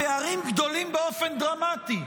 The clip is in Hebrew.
בגילי התיכון הפערים גדולים באופן דרמטי,